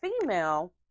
female